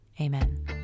Amen